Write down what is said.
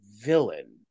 villain